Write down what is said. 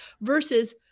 versus